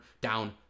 down